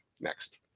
Next